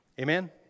Amen